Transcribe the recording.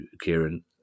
Kieran